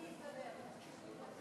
ירדה מסדר-היום.